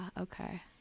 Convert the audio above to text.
Okay